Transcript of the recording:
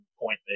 Point